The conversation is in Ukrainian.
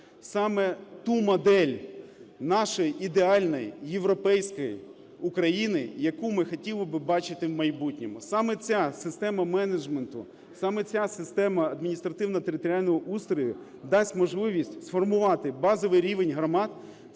саме ту модель нашої ідеальної європейської України, яку ми хотіли би бачити в майбутньому. Саме ця система менеджменту, саме ця система адміністративно-територіального устрою дасть можливість сформувати базовий рівень громад.